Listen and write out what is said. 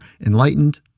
enlightened